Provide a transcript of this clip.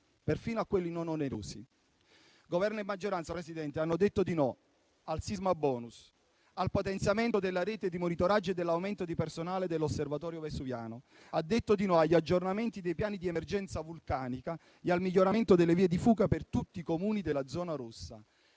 perfino a quelli di essi non onerosi. Governo e maggioranza, signor Presidente, hanno detto di no al sismabonus e al potenziamento della rete di monitoraggio e dell'aumento di personale dell'Osservatorio vesuviano; agli aggiornamenti dei piani di emergenza vulcanica e al miglioramento delle vie di fuga per tutti i Comuni della zona rossa;